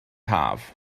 haf